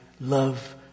love